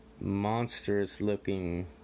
monstrous-looking